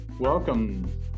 Welcome